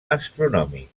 astronòmic